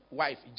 wife